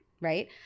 right